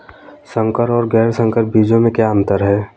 संकर और गैर संकर बीजों में क्या अंतर है?